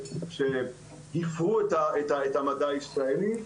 שהפרו את המדע הישראלי,